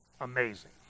amazing